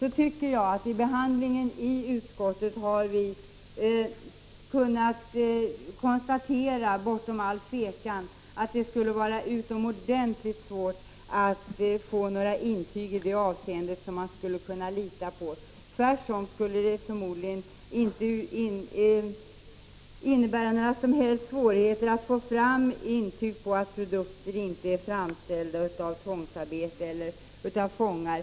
Vid behandlingen i utskottet har vi konstaterat, bortom allt tvivel, att det skulle vara utomordentligt svårt att få några intyg att lita på i det avseendet. Det skulle förmodligen inte innebära några som helst svårigheter att få intyg på att produkter inte är framställda av tvångsarbetare eller av fångar.